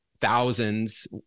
thousands